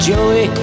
Joey